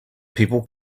people